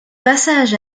passage